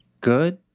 good